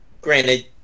Granted